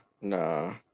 nah